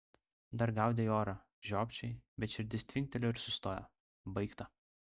dar gaudei orą žiopčiojai bet širdis tvinktelėjo ir sustojo baigta